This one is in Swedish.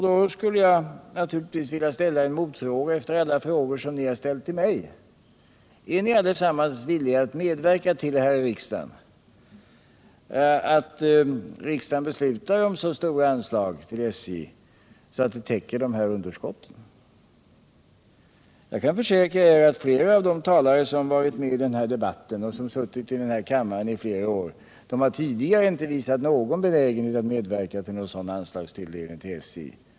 Då skulle jag vilja ställa en motfråga, efter alla frågor som ni har ställt till mig: Är ni allesammans villiga att här i riksdagen medverka till att riksdagen beslutar om så stora anslag till SJ att de täcker de här underskotten? Jag kan försäkra er att flera av de talare som varit med i den här debatten och som suttit i den här kammaren i flera år har tidigare inte visat benägenhet att medverka till någon sådan anslagstilldelning till SJ.